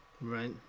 Right